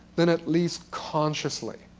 then at least consciously.